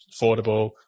affordable